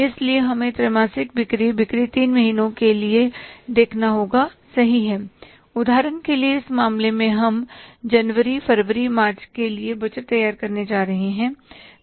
इसलिए हमें त्रैमासिक बिक्री बिक्री तीन महीने के लिए देखना होगासही है उदाहरण के लिए इस मामले में हम जनवरी फरवरी मार्च के लिए बजट तैयार करने जा रहे हैं